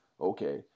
Okay